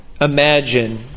imagine